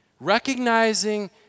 Recognizing